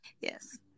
Yes